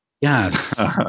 Yes